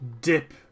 dip